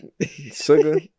Sugar